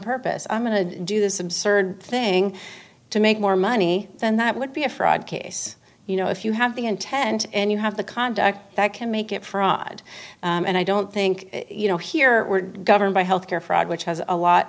purpose i'm going to do this absurd thing to make more money than that would be a fraud case you know if you have the intent and you have the conduct that can make it fraud and i don't think you know here we're governed by health care fraud which has a lot